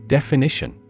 Definition